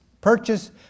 purchase